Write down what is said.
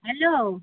hello